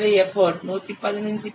எனவே எப்போட் 115